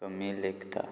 कमी लेखतात